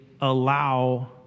allow